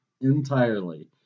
entirely